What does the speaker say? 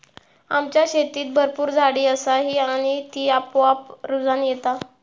आमच्या शेतीत भरपूर झाडी असा ही आणि ती आपोआप रुजान येता